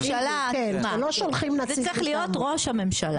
זה צריך להיות ראש הממשלה.